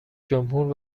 جمهور